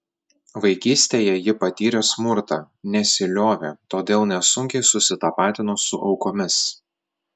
vaikystėje ji patyrė smurtą nesiliovė todėl nesunkiai susitapatino su aukomis